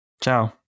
Ciao